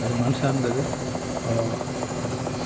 அது மண் சார்ந்தது அவ்வளோதான்